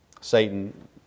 Satan